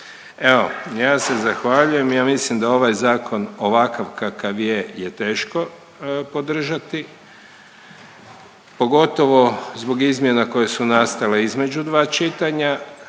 Evo ja se zahvaljujem. Ja mislim da ovaj zakon ovakav kakav je, je teško podržati pogotovo zbog izmjena koje su nastale između dva čitanja.